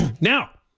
Now